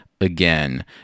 again